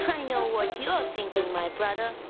i know what you are thinking, my brother!